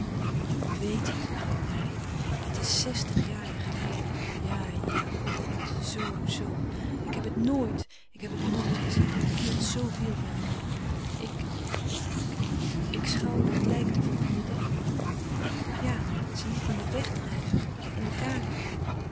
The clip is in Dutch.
je weèt het kreunde hij het is zèstig jaren geleden ja-ja o god zoo-zoo ik heb het nooit ik heb het nooit gezegd ik hield zoo veel van je moeder ik ik ik schouwde het lijk den volgenden dag ja ze lieten het wegdrijven in de